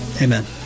Amen